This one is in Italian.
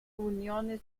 unione